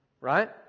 right